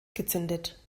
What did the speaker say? gezündet